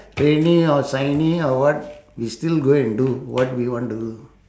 rainy or sunny or what we still go and do what we want to do